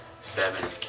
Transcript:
Seven